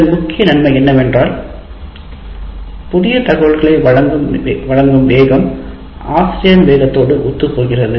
இதன் முக்கிய நன்மை என்னவென்றால் புதிய தகவல்களை வழங்கும் வேகம் ஆசிரியரின் வேகத்தோடு ஒத்துப்போகிறது